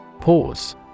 Pause